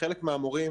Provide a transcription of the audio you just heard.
חלק מהמורים,